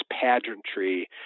pageantry